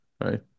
right